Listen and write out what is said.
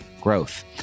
growth